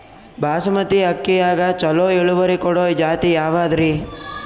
ಬಾಸಮತಿ ಅಕ್ಕಿಯಾಗ ಚಲೋ ಇಳುವರಿ ಕೊಡೊ ಜಾತಿ ಯಾವಾದ್ರಿ?